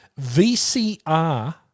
VCR